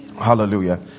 Hallelujah